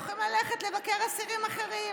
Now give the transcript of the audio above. הם יכולים ללכת לבקר אסירים אחרים.